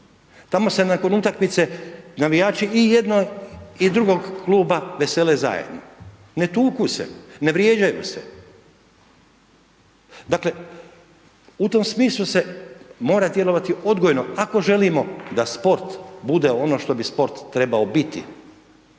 Tamo se nakon utakmice navijači i jednog i drugog kluba vesele zajedno, ne tuku se, ne vrijeđaju se. Dakle u tom smislu se mora djelovati odgojno, ako želimo da sport bude ono što bi sport trebao biti,